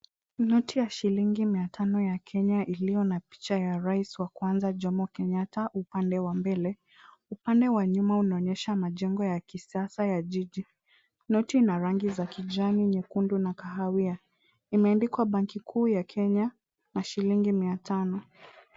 Noti ya shilingi mia tano ya Kenya iliyo na picha ya rais wa kwanza, Jomo Kenyatta upande wa mbele. Upande wa nyuma unaonyesha majengo ya kisasa ya jiji. Noti na rangi za kijani nyekundu na kahawia imeandikwa Banki Kuu ya Kenya, na shilingi mia tano.